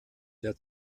der